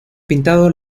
pintado